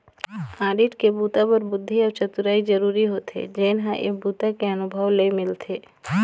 audit के बूता बर बुद्धि अउ चतुरई जरूरी होथे जेन ह ए बूता के अनुभव ले मिलथे